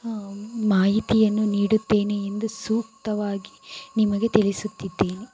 ಮಾಹಿತಿಯನ್ನು ನೀಡುತ್ತೇನೆ ಎಂದು ಸೂಕ್ತವಾಗಿ ನಿಮಗೆ ತಿಳಿಸುತ್ತಿದ್ದೇನೆ